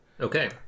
Okay